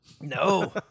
No